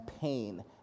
pain